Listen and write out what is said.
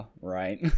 right